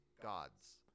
gods